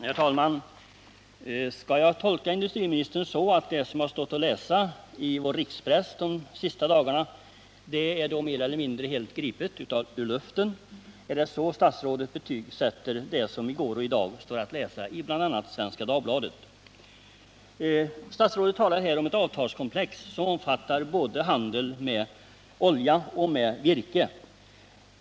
Herr talman! Skall jag tolka industriministern på det sättet att det som har stått att läsa i vår rikspress de senaste dagarna är mer eller mindre helt gripet ur luften? Är det så statsrådet betygsätter det som i går och i dag står att läsa i bl.a. Svenska Dagbladet? Statsrådet talar här om ett avtalskomplex, som omfattar handel med både olja och virke.